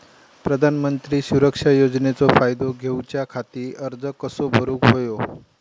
प्रधानमंत्री सुरक्षा योजनेचो फायदो घेऊच्या खाती अर्ज कसो भरुक होयो?